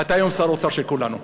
אתה היום שר האוצר של כולנו,